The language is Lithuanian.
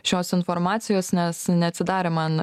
šios informacijos nes neatsidarė man